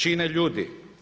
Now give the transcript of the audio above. Čine ljudi.